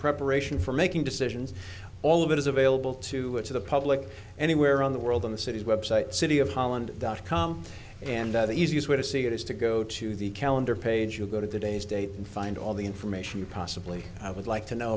preparation for making decisions all of it is available to it to the public anywhere around the world on the city's website city of holland dot com and the easiest way to see it is to go to the calendar page you go to today's date and find all the information you possibly i would like to know